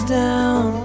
down